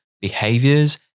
behaviors